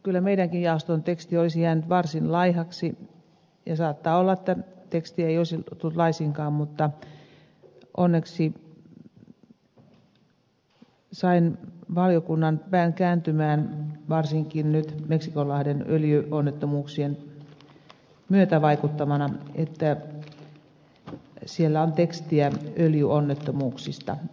kyllä meidänkin jaoston teksti olisi jäänyt varsin laihaksi ja saattaa olla että tekstiä ei olisi tullut laisinkaan mutta onneksi sain valiokunnan pään kääntymään varsinkin nyt meksikonlahden öljyonnettomuuksien myötävaikuttamana että siellä on tekstiä öljyonnettomuuksista